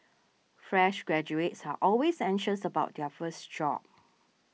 fresh graduates are always anxious about their first job